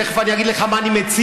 תכף אני אגיד לך מה אני מציע,